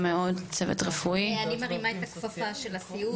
אני מרימה את הכפפה של הסיעוד.